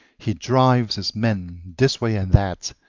he drives his men this way and that,